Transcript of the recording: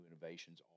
innovations